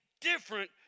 different